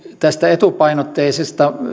tästä etupainotteisesta